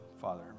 Father